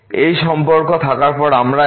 এই সম্পর্ক থাকার পর আমরা এখন